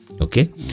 okay